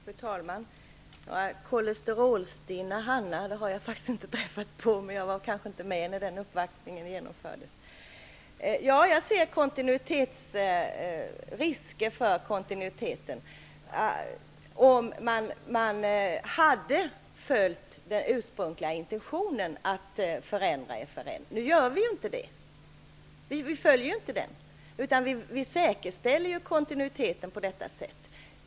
Fru talman! Några kolesterolstinna hanar har jag faktiskt inte träffat på, men jag var kanske inte med på den uppvaktning som Björn Samuelson syftar på. Ja, jag ser risker för kontinuitetsproblem. Vi fullföljer ju inte den ursprungliga intentionen att förändra FRN, utan vi säkerställer kontinuiteten på detta sätt som nu görs.